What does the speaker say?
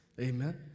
Amen